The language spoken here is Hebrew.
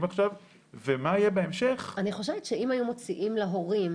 עכשיו ומה יהיה בהמשך -- אני חושבת שאם היו מוציאים להורים